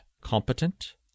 competent